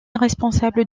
responsable